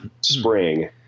spring